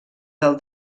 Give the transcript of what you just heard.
del